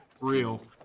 real